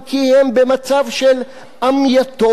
כי הם במצב של עם יתום,